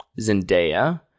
Zendaya